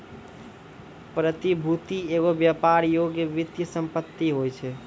प्रतिभूति एगो व्यापार योग्य वित्तीय सम्पति होय छै